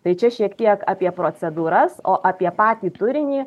tai čia šiek tiek apie procedūras o apie patį turinį